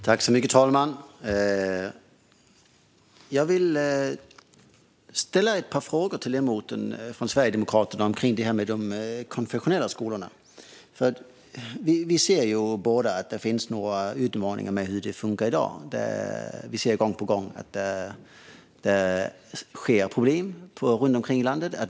Fru talman! Jag vill ställa ett par frågor till ledamoten från Sverigedemokraterna om de konfessionella skolorna. Vi ser båda att det finns några utmaningar med hur det funkar i dag. Vi ser gång på gång att finns problem runt omkring i landet.